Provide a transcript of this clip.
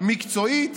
מקצועית,